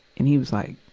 and he was, like,